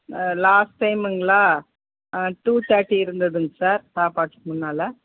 ஆ லாஸ்ட்டைமுங்களா ஆ டூ தேட்டி இருந்துதுங்க சார் சாப்பாட்டுக்கு முன்னால்